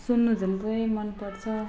सुन्नु झन् पुरै मन पर्छ